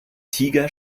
tiger